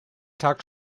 tag